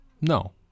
No